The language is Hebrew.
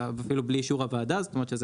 אפילו בלי אישור הוועדה זאת אומרת שזה